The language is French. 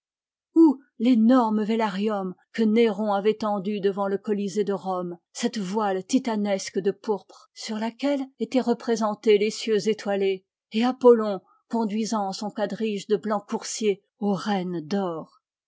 où l'énorme velarium que néron avait tendu devant le colisée de rome cette voile titanesque de pourpre sur laquelle étaient représentés les cieux étoilés et apollon conduisant son quadrige de blancs coursiers aux rênes d'or